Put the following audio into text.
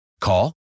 Call